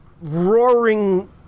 roaring